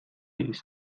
ist